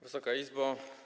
Wysoka Izbo!